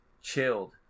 chilled